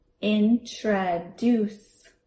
introduce